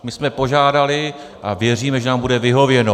My jsme požádali a věříme, že nám bude vyhověno.